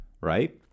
right